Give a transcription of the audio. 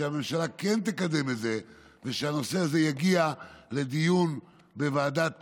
שהממשלה כן תקדם את זה ושהנושא הזה יגיע לדיון בוועדת